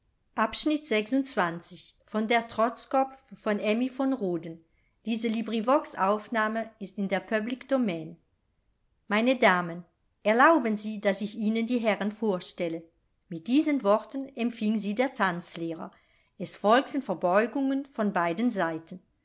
meine damen erlauben sie daß ich ihnen die herren vorstelle mit diesen worten empfing sie der tanzlehrer es folgten verbeugungen von beiden seiten